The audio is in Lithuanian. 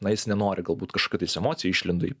na jis nenori galbūt kažkokia tais emocija išlindo į